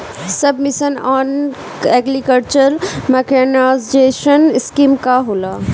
सब mission on agriculture mechanization scheme का होला?